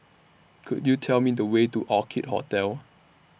Could YOU Tell Me The Way to Orchid Hotel